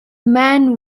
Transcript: man